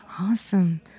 Awesome